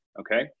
okay